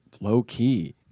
low-key